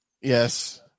yes